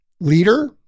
leader